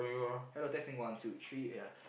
hello testing one two three yeah